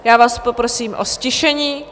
Já vás poprosím o ztišení.